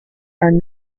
are